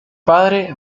padre